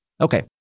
Okay